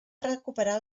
recuperar